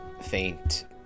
faint